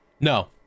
No